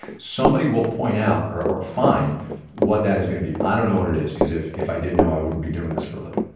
somebody will point out or find what that is going to be. i don't know what it is because if if i did know, i wouldn't be doing this for a living.